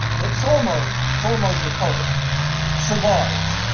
but thormod, thormod the poet survives.